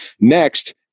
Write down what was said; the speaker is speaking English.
Next